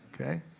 okay